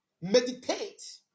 Meditate